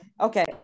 Okay